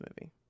movie